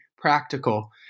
practical